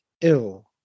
ill